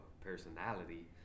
personality